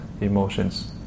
emotions